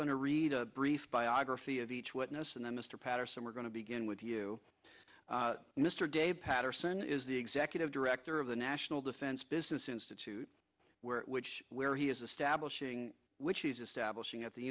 going to read a brief biography of each witness and then mr patterson we're going to begin with you mr dave paterson is the executive director of the national defense business institute where which where he is establishing which he's establishing at the